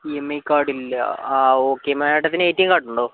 E M I card ഇല്ല ആ okay മാഡത്തിന് എ ടി എം കാർഡ് ഉണ്ടോ